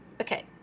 Okay